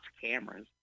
cameras